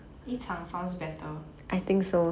一场 sounds better